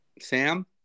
Sam